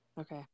Okay